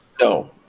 no